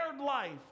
life